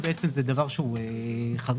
זה דבר שהוא חריג,